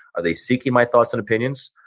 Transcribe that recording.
are they seeking my thoughts and opinions?